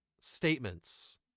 statements